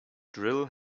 drill